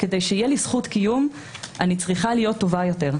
כדי שיהיה לי זכות קיום אני צריכה להיות טובה יותר,